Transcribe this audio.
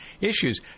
issues